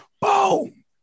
boom